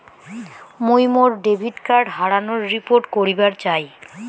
মুই মোর debit card হারানোর রিপোর্ট করিবার চাই